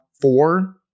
four